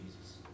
Jesus